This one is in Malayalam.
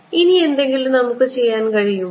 ഇനി എന്തെങ്കിലും നമുക്ക് ചെയ്യാൻ കഴിയുമോ